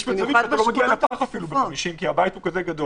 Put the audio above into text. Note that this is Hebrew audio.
200 זה כבר יוצר מצב שבו אנשים נפגשים.